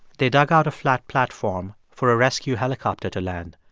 they dug out a flat platform for a rescue helicopter to land.